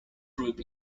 group